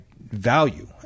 value